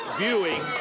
viewing